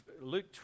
Luke